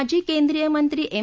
माजी केंद्रीय मंत्री एम